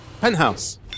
penthouse